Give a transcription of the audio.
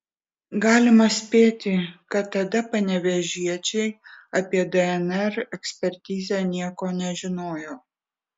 galima spėti kad tada panevėžiečiai apie dnr ekspertizę nieko nežinojo